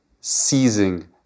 seizing